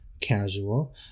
casual